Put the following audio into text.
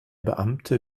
beamte